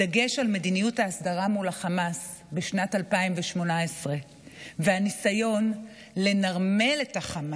בדגש על מדיניות ההסדרה מול החמאס בשנת 2018 והניסיון לנרמל את החמאס,